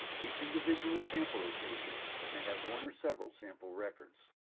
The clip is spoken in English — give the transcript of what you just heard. each individual sample location may have one or several sample records.